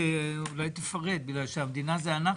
כי המדינה זה אנחנו.